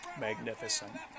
Magnificent